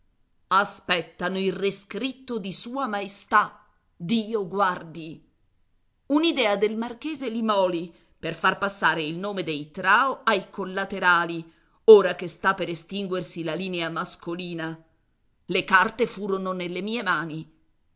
aspettano il rescritto di sua maestà dio guardi un'idea del marchese limòli per far passare il nome dei trao ai collaterali ora che sta per estinguersi la linea mascolina le carte furono nelle mie mani